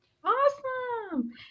awesome